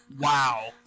Wow